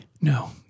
No